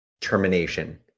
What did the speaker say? termination